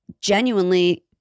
genuinely